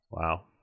Wow